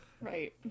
right